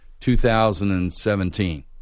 2017